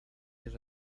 yet